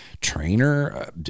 trainer